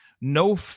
no